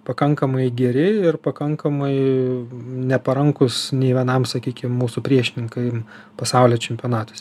pakankamai geri ir pakankamai neparankūs nei vienam sakykim mūsų priešininkui pasaulio čempionatuose